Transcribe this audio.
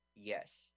Yes